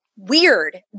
weird